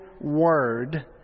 Word